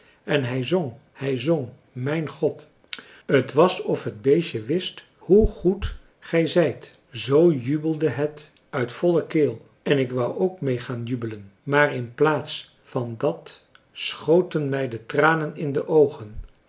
en hij zong hij zong mijn god t was of het beestje wist hoe goed gij zijt zoo jubelde het uit volle keel en ik wou ook mee gaan jubelen maar in plaats van dat schoten mij de tranen in de oogen